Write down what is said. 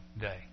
day